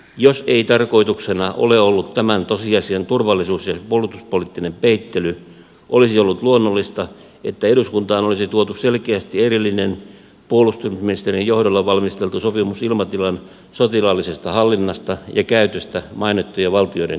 jos ei tarkoituksena ole ollut tämän tosiasian turvallisuus ja puolustuspoliittinen peittely olisi ollut luonnollista että eduskuntaan olisi tuotu selkeästi erillinen puolustusministerin johdolla valmisteltu sopimus ilmatilan sotilaallisesta hallinnasta ja käytöstä mainittujen valtioiden kanssa